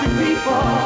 people